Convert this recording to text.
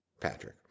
Patrick